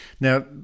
Now